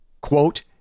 quote